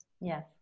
Yes